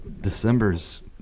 December's